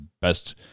best